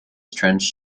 trends